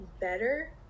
better